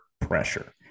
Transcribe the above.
pressure